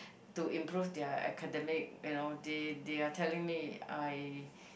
to improve their academic you know they they are telling me I